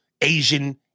Asian